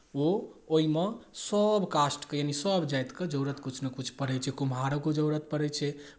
ओ ओहिमे सभ कास्टके यानि सभ जातिके जरूरत किछु ने किछु पड़ै छै कुम्हारोके जरूरत पड़ै छै